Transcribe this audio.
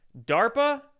darpa